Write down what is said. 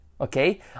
okay